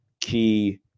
key